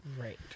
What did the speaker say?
Right